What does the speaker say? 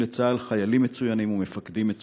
לצה"ל חיילים מצוינים ומפקדים מצוינים.